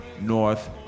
North